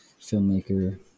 filmmaker